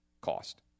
cost